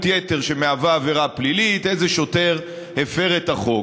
יתר שהיא עבירה פלילית ואיזה שוטר הפר את החוק.